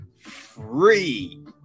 free